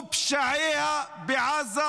ופשיעה בעזה